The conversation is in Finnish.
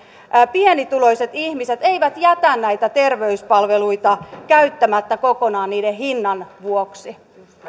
pienituloiset ihmiset eivät jätä näitä terveyspalveluita käyttämättä kokonaan niiden hinnan vuoksi